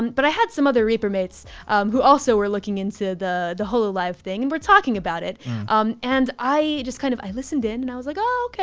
but i had some other reaper mates who also were looking into the the hololive thing and were talking about it um and i just kind of. i listened in and i was like, oh,